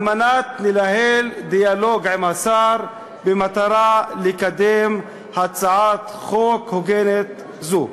על מנת לנהל דיאלוג עם השר במטרה לקדם הצעת חוק הוגנת זו.